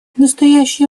настоящее